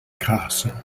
castle